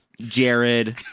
Jared